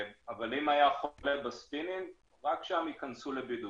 אבל אם היה חולה בספינינג, רק שם ייכנסו לבידוד.